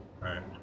right